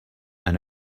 and